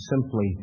simply